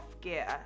gear